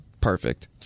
perfect